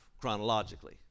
chronologically